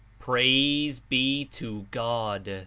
praise be to god!